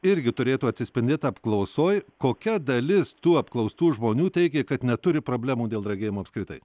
irgi turėtų atsispindėt apklausoj kokia dalis tų apklaustų žmonių teigė kad neturi problemų dėl regėjimo apskritai